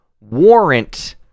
warrant